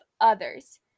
others